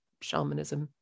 shamanism